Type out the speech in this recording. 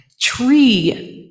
tree